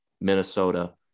Minnesota